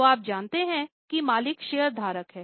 तो आप जानते हैं कि मालिक शेयरधारक हैं